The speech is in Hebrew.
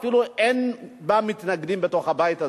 אפילו אין לה מתנגדים בתוך הבית הזה.